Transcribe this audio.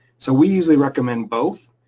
so we usually recommend both,